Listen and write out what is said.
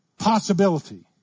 possibility